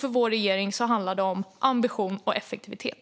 För vår regering handlar det om ambition och effektivitet.